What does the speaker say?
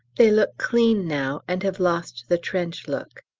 they look clean now, and have lost the trench look.